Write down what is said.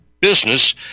business